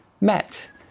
met